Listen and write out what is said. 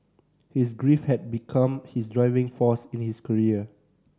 his grief had become his driving force in his career